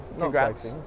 Congrats